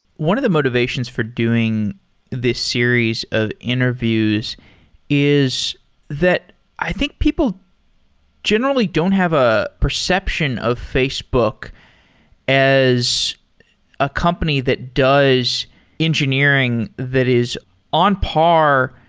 one of the motivations for doing this series of interviews is that i think people generally don't have a perception of facebook as a company that does engineering that is on par,